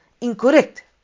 incorrect